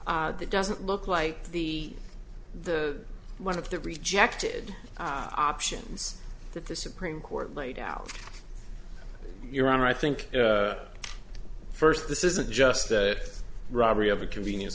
that doesn't look like the the one of the rejected options that the supreme court laid out your honor i think first this isn't just that robbery of a convenience